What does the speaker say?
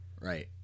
Right